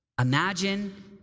Imagine